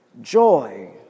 joy